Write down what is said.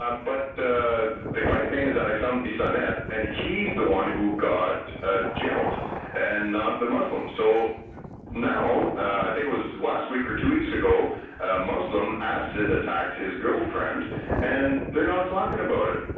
um but the the guys name is that i found to be son at and he's the one who got jailed and not the muslim so now i think it was last week or two weeks ago muslim acid attacked his girlfriend and they're not talking about it.